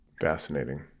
Fascinating